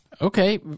Okay